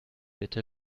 bitte